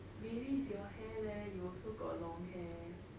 maybe is your hair leh you also got long hair